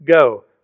Go